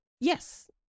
Yes